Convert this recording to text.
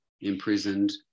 imprisoned